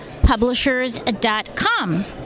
publishers.com